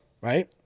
right